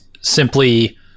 simply